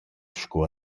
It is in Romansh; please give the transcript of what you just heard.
sco